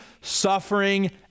suffering